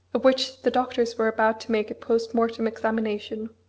of which the doctors were about to make a post-mortem examination.